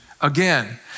again